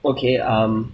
okay um